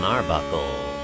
Arbuckle